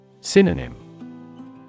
Synonym